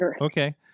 okay